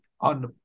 on